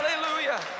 Hallelujah